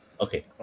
Okay